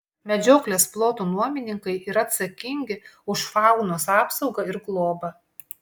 medžioklės plotų nuomininkai yra atsakingi už faunos apsaugą ir globą